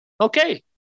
Okay